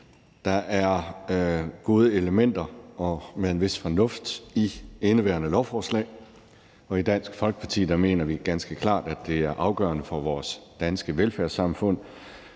Der er gode elementer med en vis fornuft i indeværende lovforslag, og i Dansk Folkeparti mener vi ganske klart, at det er afgørende for vores danske velfærdssamfund,